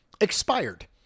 expired